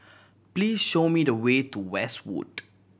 please show me the way to Westwood